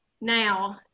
Now